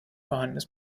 vorhandenes